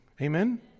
Amen